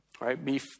right